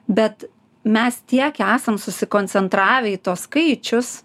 bet mes tiek esam susikoncentravę į tuos skaičius